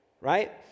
Right